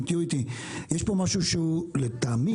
יש פה משהו שלטעמי,